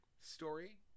story